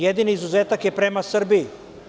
Jedini izuzetak je prema Srbiji.